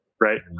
right